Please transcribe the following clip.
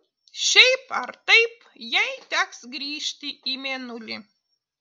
šiaip ar taip jai teks grįžti į mėnulį